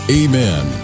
amen